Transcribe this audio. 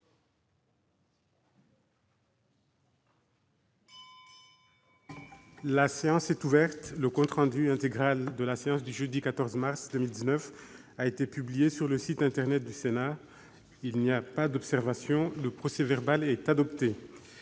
La séance est ouverte. Le compte rendu intégral de la séance du jeudi 14 mars 2019 a été publié sur le site internet du Sénat. Il n'y a pas d'observation ?... Le procès-verbal est adopté.